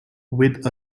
with